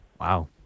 Wow